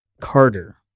Carter